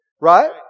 Right